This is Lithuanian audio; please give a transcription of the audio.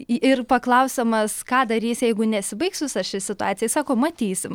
ir paklausiamas ką darys jeigu nesibaigs visa ši situacija sako matysim